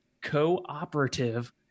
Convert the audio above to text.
cooperative